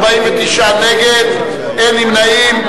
49 נגד, אין נמנעים.